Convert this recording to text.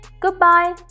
Goodbye